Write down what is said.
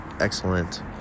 excellent